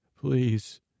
Please